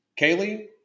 Kaylee